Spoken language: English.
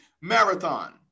Marathon